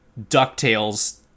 ducktales